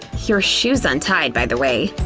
your shoe's untied, by the way.